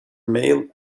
male